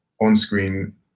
on-screen